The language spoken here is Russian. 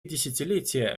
десятилетия